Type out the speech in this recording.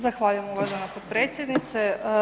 Zahvaljujem, uvažena potpredsjednice.